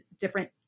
different